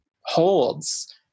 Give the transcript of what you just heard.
holds